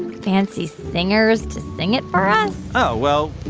fancy singers to sing it for us? oh, well,